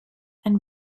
and